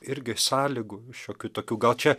irgi sąlygų šiokių tokių gal čia